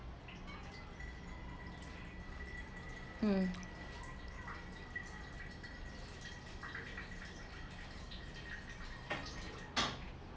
um